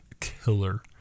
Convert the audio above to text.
killer